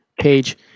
Page